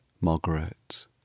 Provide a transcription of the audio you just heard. margaret